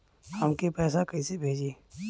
हमके पैसा कइसे भेजी?